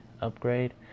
upgrade